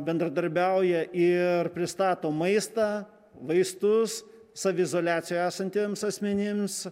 bendradarbiauja ir pristato maistą vaistus saviizoliacijoje esantiems asmenims